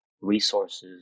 resources